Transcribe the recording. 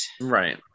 right